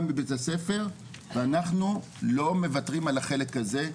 מבית-הספר ואנחנו לא מוותרים על החלק הזה,